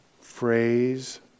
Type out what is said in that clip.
Phrase